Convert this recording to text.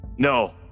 no